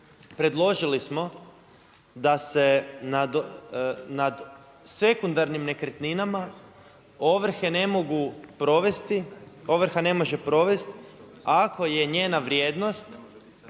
predložili smo da se nad sekundarnim nekretninama ovrha ne može provesti ako je njena vrijednost,